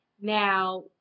Now